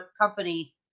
company